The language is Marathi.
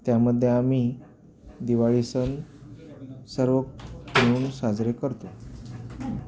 त्यामध्ये आम्ही दिवाळी सण सर्व मिळून साजरे करतो